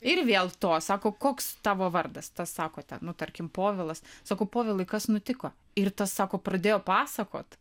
ir vėl to sako koks tavo vardas tas sako tam nu tarkim povilas sakau povilai kas nutiko ir tas sako pradėjo pasakot